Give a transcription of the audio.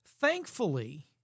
Thankfully